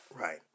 right